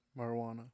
Marijuana